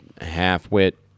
half-wit